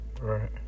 Right